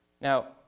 Now